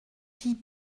fille